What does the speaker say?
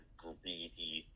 greedy